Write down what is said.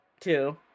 two